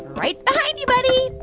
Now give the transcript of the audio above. right behind you, buddy.